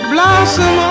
Blossom